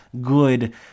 good